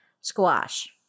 squash